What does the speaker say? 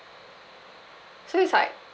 so it's like